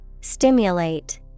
Stimulate